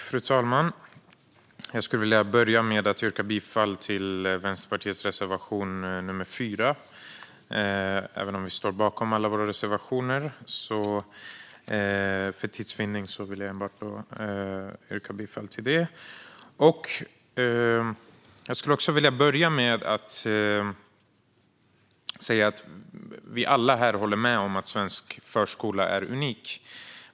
Fru talman! Jag skulle vilja börja med att yrka bifall till Vänsterpartiets reservation nr 4. Även om vi står bakom alla våra reservationer vill jag för tids vinnande yrka bifall endast till den. Jag vill också börja med att säga att vi alla här håller med om att svensk förskola är unik.